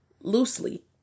loosely